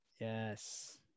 yes